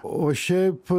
o šiaip